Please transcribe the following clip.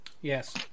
Yes